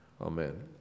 Amen